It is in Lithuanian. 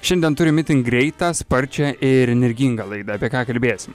šiandien turim itin greitą sparčią ir energingą laidą apie ką kalbėsim